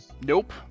Nope